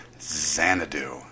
Xanadu